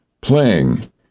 playing